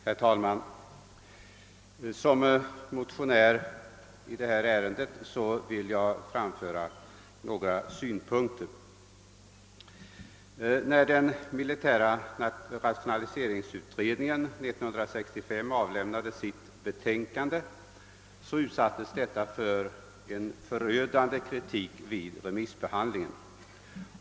Herr talman! Som motionär i detta ärende vill jag framföra några synpunkter. När den militära rationaliseringsutredningen år 1965 avlämnade sitt befönkande utsattes detta för en förödande kritik vid remissbehandlingen.